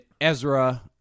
Ezra